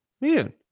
man